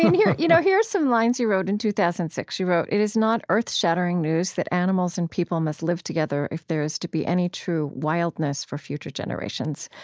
here you know here are some lines you wrote in two thousand and six. you wrote it is not earth-shattering news, that animals and people must live together if there is to be any true wildness for future generations.